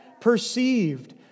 perceived